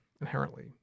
inherently